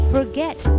Forget